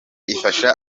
ifasha